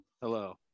Hello